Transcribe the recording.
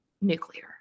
nuclear